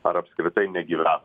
ar apskritai negyvena